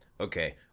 Okay